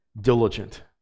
diligent